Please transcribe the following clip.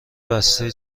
بسته